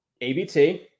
ABT